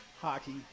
hockey